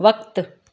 वक़्तु